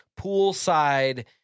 poolside